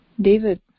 David